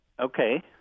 Okay